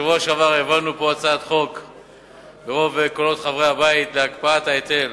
בשבוע שעבר העברנו פה ברוב קולות חברי הבית הצעת חוק להקפאת ההיטל